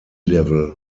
level